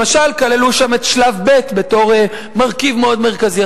למשל, כללו שם את שלב ב' בתור מרכיב מאוד מרכזי.